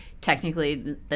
technically